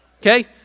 Okay